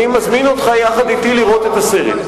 אני מזמין אותך לראות את הסרט יחד אתי.